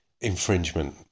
infringement